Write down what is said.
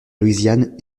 louisiane